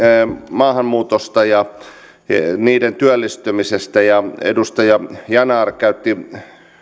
maahanmuutosta ja maahanmuuttajien työllistymisestä ja edustaja yanar käytti